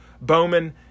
Bowman